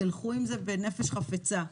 תלכו עם זה בנפש חפצה,